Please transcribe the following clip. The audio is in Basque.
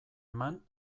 eman